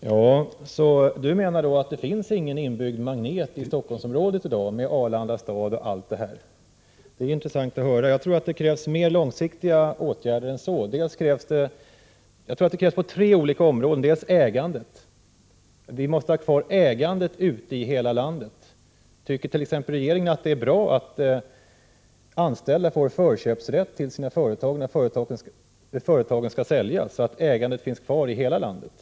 Herr talman! Arbetsmarknadsministern menar då att det finns ingen inbyggd magnet i Stockholmsområdet i dag, med Arlanda stad och allt det här. Det är intressant att höra. Jag tror att det krävs mer långsiktiga åtgärder, på tre olika områden. Ett av dem är ägandet. Vi måste ha kvar ägandet ute i hela landet. Tycker regeringen t.ex. att det är bra att anställda får förköpsrätt till sina företag när företagen skall säljas, så att ägandet finns kvar i hela landet?